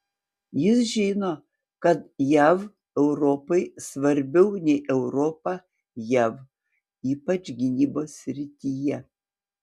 jis žino kad jav europai svarbiau nei europa jav ypač gynybos srityje